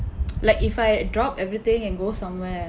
like if I drop everything and go somewhere